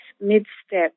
mid-step